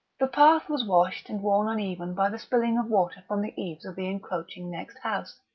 the path was washed and worn uneven by the spilling of water from the eaves of the encroaching next house,